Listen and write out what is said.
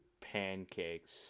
pancakes